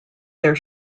their